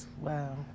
wow